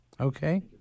Okay